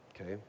Okay